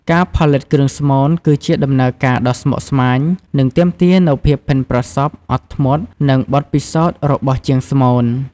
ការផលិតគ្រឿងស្មូន គឺជាដំណើរការដ៏ស្មុគស្មាញ និងទាមទារនូវភាពប៉ិនប្រសប់ អត់ធ្មត់ និងបទពិសោធន៍របស់ជាងស្មូន។